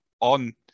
on